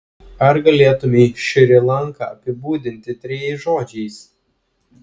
ar galėtumei šri lanką apibūdinti trejais žodžiais